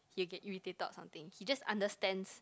he'll get irritated or something he just understands